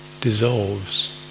dissolves